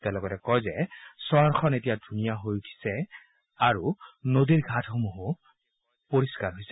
তেওঁ লগতে কয় যে চহৰখন এতিয়া ধুনীয়াহৈ উঠিছে আৰু নদীৰ ঘাটসমূহো পৰিষ্কাৰ হৈছে